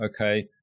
okay